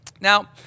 Now